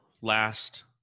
last